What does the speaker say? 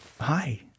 hi